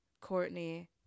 Courtney